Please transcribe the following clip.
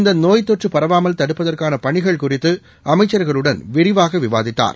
இந்த நோய் தொற்று பரவாமல் தடுப்பதற்கான பணிகள் குறித்து அமைச்சர்களுடன் விரிவாக விவாதித்தார்